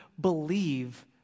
believe